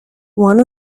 one